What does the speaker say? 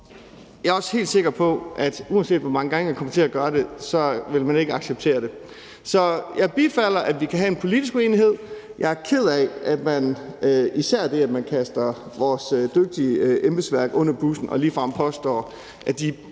Jeg er også helt sikker på, at uanset hvor mange gange jeg kommer til at gøre det, vil man ikke acceptere det. Jeg bifalder, at vi kan have en politisk uenighed; jeg er især ked af, at man kaster vores dygtige embedsværk under bussen og ligefrem påstår, at de